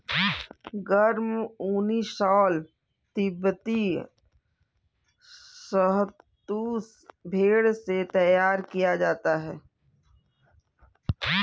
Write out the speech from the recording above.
गर्म ऊनी शॉल तिब्बती शहतूश भेड़ से तैयार किया जाता है